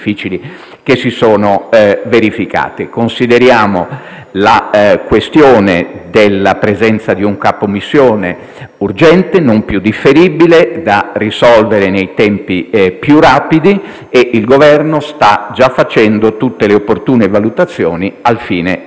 la questione della presenza di un capo missione come urgente, non più differibile e da risolvere nei tempi più rapidi. Il Governo sta già facendo tutte le opportune valutazioni al fine di assumere quanto prima questa decisione.